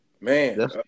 man